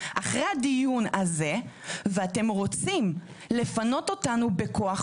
אחרי הדיון הזה ואתם רוצים לפנות אותנו בכוח,